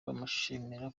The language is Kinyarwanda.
bamushimira